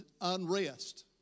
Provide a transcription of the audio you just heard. unrest